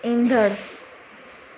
ईंदड़ु